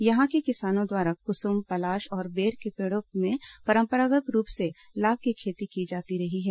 यहां के किसानों द्वारा कुसुम पलाश और बेर के पेड़ों में परंपरागत् रूप से लाख की खेती की जाती रही है